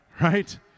Right